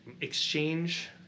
exchange